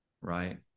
right